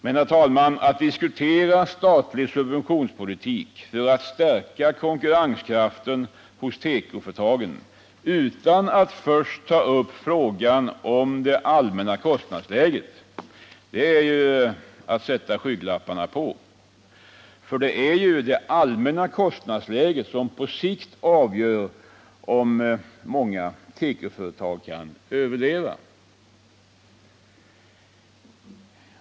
Men, herr talman, att diskutera statlig subventionspolitik för att stärka konkurrenskraften hos tekoföretagen utan att först ta upp frågan om det allmänna kostnadsläget är att sätta skygglapparna på. För det är det allmänna kostnadsläget som på sikt avgör om många tekoföretag kan överleva.